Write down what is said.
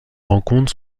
rencontres